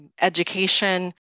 education